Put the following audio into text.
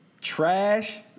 trash